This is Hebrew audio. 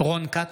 רון כץ,